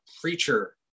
preacher